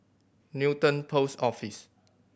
Newton Post Office